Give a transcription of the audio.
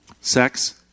sex